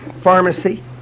pharmacy